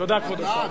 תודה, כבוד השר.